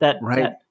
Right